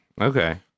Okay